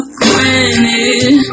granted